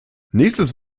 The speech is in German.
nächstes